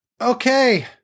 Okay